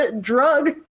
drug